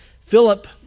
Philip